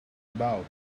about